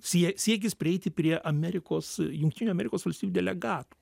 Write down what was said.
sie siekis prieiti prie amerikos jungtinių amerikos valstijų delegatų